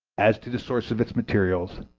as to the source of its materials,